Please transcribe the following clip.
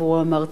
אמרתי אז.